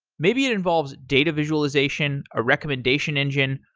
maybe it involves data visualization, a recommendation engine,